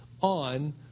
on